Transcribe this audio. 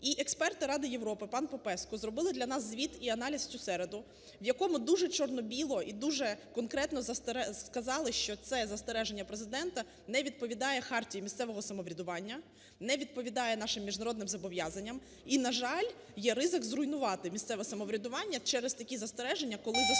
І експерти Ради Європи, пан Попеску, зробили для нас звіт і аналіз у цю середу, в якому дуже чорно-біло і дуже конкретно сказали, що це застереження Президента не відповідає хартії місцевого самоврядування, не відповідає нашим міжнародним зобов'язанням. І на жаль, є ризик зруйнувати місцеве самоврядування через такі застереження, коли заступник